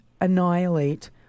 annihilate